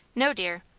no, dear.